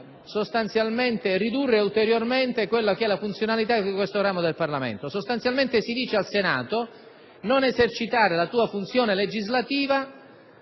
Sostanzialmente si dice al Senato di non esercitare la sua funzione legislativa,